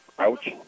Ouch